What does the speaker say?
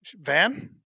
Van